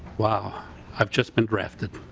wow i've just been drafted.